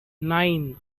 nine